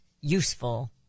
useful